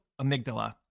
amygdala